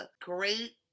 great